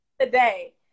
today